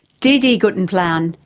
dd guttenplan,